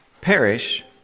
perish